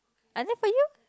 and then for you